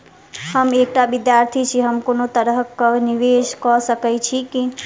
हम एकटा विधार्थी छी, हम कोनो तरह कऽ निवेश कऽ सकय छी की?